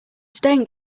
stained